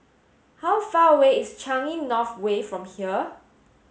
how far away is Changi North Way from here